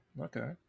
Okay